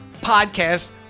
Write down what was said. podcast